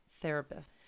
therapist